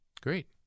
Great